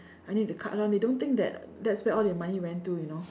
I need to cut down they don't think that that's where all their money went to you know